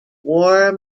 war